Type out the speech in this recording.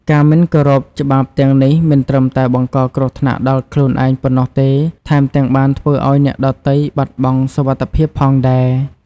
ការមិនគោរពច្បាប់ទាំងនេះមិនត្រឹមតែបង្កគ្រោះថ្នាក់ដល់ខ្លួនឯងប៉ុណ្ណោះទេ ថែមទាំងបានធ្វើឱ្យអ្នកដ៏ទៃបាត់បង់សុវត្ថិភាពផងដែរ។